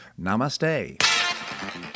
Namaste